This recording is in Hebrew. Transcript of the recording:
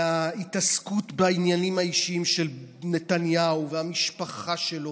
מההתעסקות בעניינים האישיים של נתניהו והמשפחה שלו,